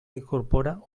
incorpora